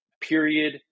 period